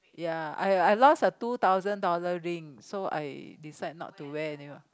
ya I I lost a a two thousand dollar ring so I decide not to wear anymore